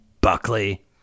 Buckley